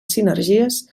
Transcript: sinergies